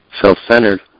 Self-centered